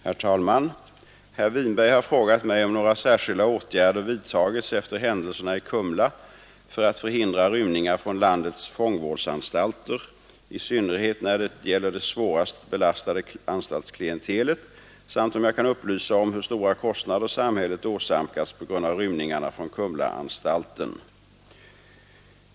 Herr talman! Herr Winberg har frågat mig om några särskilda åtgärder vidtagits efter händelserna i Kumla för att förhindra rymningar från landets fångvårdsanstalter i synnerhet när det gäller det svårast belastade anstaltsklientelet samt om jag kan upplysa om hur stora kostnader samhället åsamkats på grund av rymningarna från Kumlaanstalten.